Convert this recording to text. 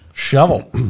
Shovel